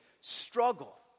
struggle